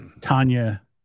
Tanya